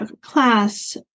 class